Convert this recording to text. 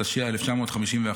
התשי"א 1951,